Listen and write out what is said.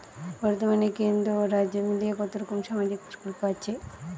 বতর্মানে কেন্দ্র ও রাজ্য মিলিয়ে কতরকম সামাজিক প্রকল্প আছে?